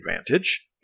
advantage